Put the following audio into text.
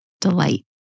delight